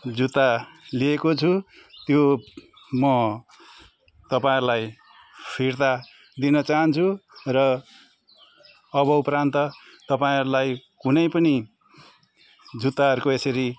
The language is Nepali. जुत्ता लिएको छु त्यो म तपाईँहरूलाई फिर्ता दिन चाहन्छु र अबउपरान्त तपाईँहरूलाई कुनै पनि जुत्ताहरूको यसरी